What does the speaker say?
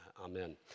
Amen